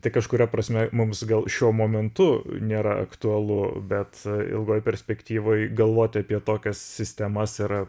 tai kažkuria prasme mums gal šiuo momentu nėra aktualu bet ilgoj perspektyvoj galvoti apie tokias sistemas yra